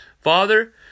Father